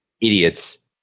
idiots